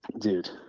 dude